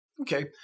Okay